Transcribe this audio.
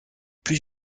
plus